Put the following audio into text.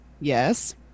Yes